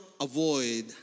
avoid